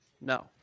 No